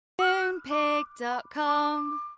Moonpig.com